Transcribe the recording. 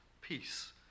peace